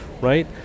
right